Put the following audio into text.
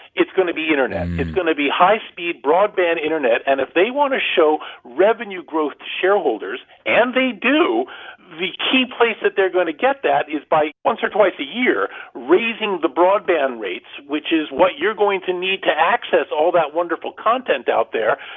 it's going to be internet. it's going to be high-speed, broadband internet. and if they want to show revenue growth to shareholders and they do the key place that they're going to get that is by once or twice a year raising the broadband rates, which is what you're going to need to access all that wonderful content out there.